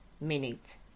minute